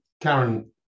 Karen